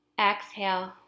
Exhale